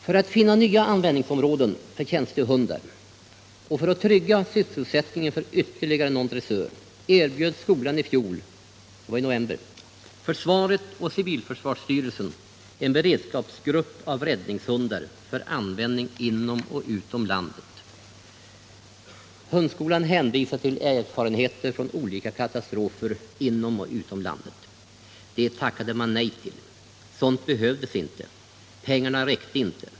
För att finna nya användningsområden för tjänstehundar och trygga sysselsättningen för ytterligare någon dressör erbjöd hundskolan i fjol - det var i november — försvaret och civilförsvarsstyrelsen en beredskapsgrupp av räddningshundar för användning inom och utom landet. Skolan hänvisade till erfarenheter från olika katastrofer. Det tackade de ifrågavarande instanserna nej till! Sådant behövdes inte! Pengarna räckte inte!